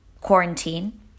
quarantine